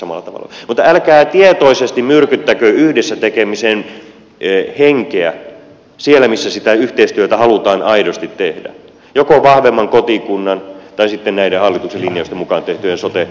mutta älkää tietoisesti myrkyttäkö yhdessä tekemisen henkeä siellä missä sitä yhteistyötä halutaan aidosti tehdä joko vahvemman kotikunnan tai sitten näiden hallituksen linjausten mukaan tehtyjen sote ratkaisujen puolesta